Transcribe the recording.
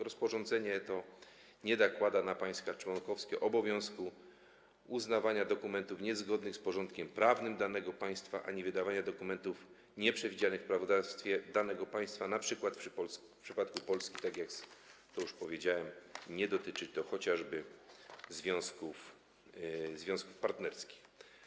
Rozporządzenie to nie nakłada na państwa członkowskie obowiązku uznawania dokumentów niezgodnych z porządkiem prawnym danego państwa ani wydawania dokumentów nieprzewidzianych w prawodawstwie danego państwa - np. w przypadku Polski, tak jak już tu powiedziałem, nie dotyczy to chociażby związków partnerskich.